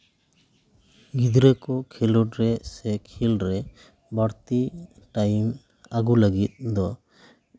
ᱜᱤᱫᱽᱨᱟᱹ ᱠᱚ ᱠᱷᱮᱞᱚᱰ ᱨᱮ ᱥᱮ ᱠᱷᱮᱞ ᱨᱮ ᱵᱟᱹᱲᱛᱤ ᱴᱟᱭᱤᱢ ᱟᱹᱜᱩ ᱞᱟᱹᱜᱤᱫ ᱫᱚ